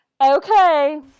Okay